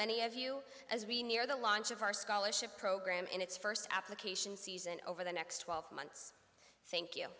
many of you as we near the launch of our scholarship program in its first application season over the next twelve months thank you